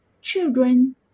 children